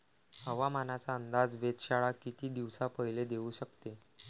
हवामानाचा अंदाज वेधशाळा किती दिवसा पयले देऊ शकते?